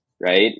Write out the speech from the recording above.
right